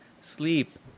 sleep